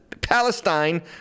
Palestine